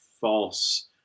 false